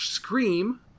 scream